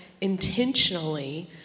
intentionally